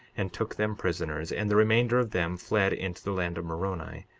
and took them prisoners and the remainder of them fled into the land of moroni,